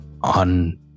on